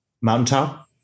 mountaintop